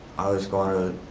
i was on it